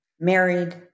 married